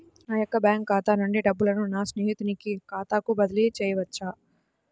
నా యొక్క బ్యాంకు ఖాతా నుండి డబ్బులను నా స్నేహితుని ఖాతాకు బదిలీ చేయవచ్చా?